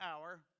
hour